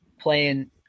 playing